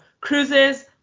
Cruises